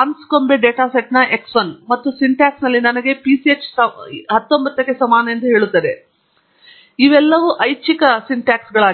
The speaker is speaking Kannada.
Anscombe ಡೇಟಾ ಸೆಟ್ನ X 1 ಮತ್ತು ಸಿಂಟಾಕ್ಸ್ ಇಲ್ಲಿ ನನಗೆ PCH ಸಮಾನ 19 ಎಂದು ಹೇಳುತ್ತದೆ ಇವುಗಳು ಎಲ್ಲಾ ಐಚ್ಛಿಕ ಸಿಂಟ್ಯಾಕ್ಸ್ಗಳಾಗಿವೆ